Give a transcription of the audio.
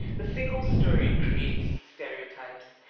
the single story creates stereotypes,